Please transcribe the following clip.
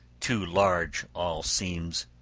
too large all seems,